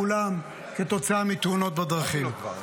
כולם כתוצאה מתאונות הדרכים.